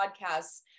podcasts